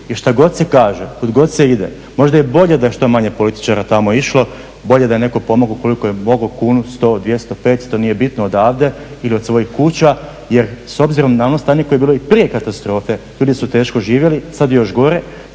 I šta god se kaže, kud god se ide možda je bolje da je što manje političara tamo išlo, bolje da je netko pomogao koliko je mogao kunu, 100, 200, 500 odavde ili od svojih kuća jer s obzirom koje je bilo i prije katastrofe ljudi su teško živjeli. Sada je još gore,